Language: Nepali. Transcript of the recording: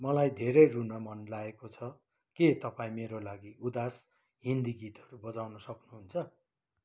मलाई धेरै रुन मन लागेको छ के तपाईँ मेरा लागि उदास हिन्दी गीतहरू बजाउन सक्नुहुन्छ